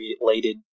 related